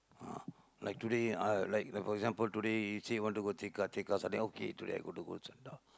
ah like today ah like like for example today you say want to go tekka tekka suddenly okay today I go